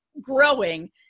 growing